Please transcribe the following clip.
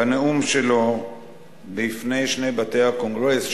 בנאום שלו בפני שני בתי הקונגרס,